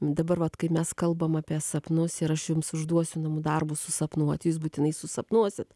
dabar vat kai mes kalbam apie sapnus ir aš jums užduosiu namų darbus susapnuoti jūs būtinai susapnuosit